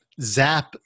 zap